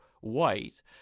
white